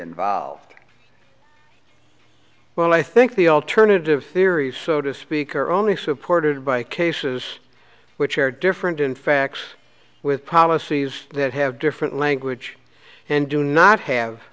involved well i think the alternative theories so to speak are only supported by cases which are different in facts with policies that have different language and do not have